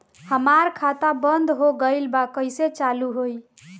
हमार खाता बंद हो गइल बा कइसे चालू होई?